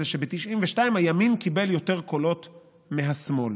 שב-1992 הימין קיבל יותר קולות מהשמאל.